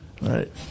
Right